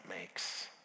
makes